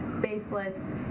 baseless